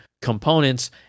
components